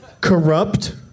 Corrupt